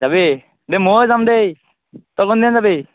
যাবি দে ময়ো যাম দে তই কোনদিনা যাবি